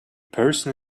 person